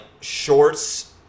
shorts